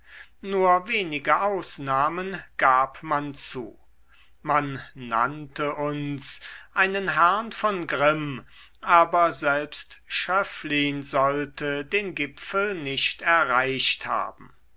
nur wenige ausnahmen gab man zu man nannte uns einen herrn von grimm aber selbst schöpflin sollte den gipfel nicht erreicht haben